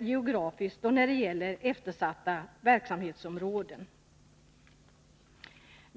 geografiskt och på eftersatta verksamhetsområden.